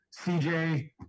CJ